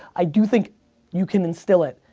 i do think you can instill it,